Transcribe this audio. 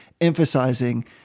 emphasizing